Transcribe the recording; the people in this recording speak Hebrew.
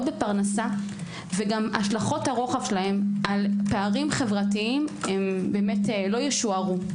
בפרנסה וגם השלכות הרוחב שלהם על פערים חברתיים לא ישוערו.